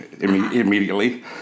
immediately